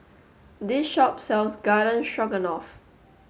this shop sells Garden Stroganoff